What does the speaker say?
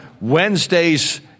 Wednesdays